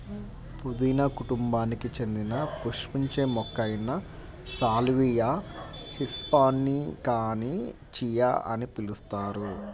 పుదీనా కుటుంబానికి చెందిన పుష్పించే మొక్క అయిన సాల్వియా హిస్పానికాని చియా అని పిలుస్తారు